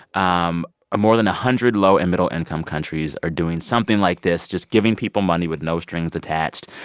um more than a hundred low and middle-income countries are doing something like this just giving people money with no strings attached.